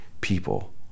people